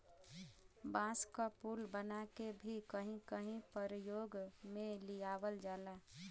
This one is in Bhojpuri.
बांस क पुल बनाके भी कहीं कहीं परयोग में लियावल जाला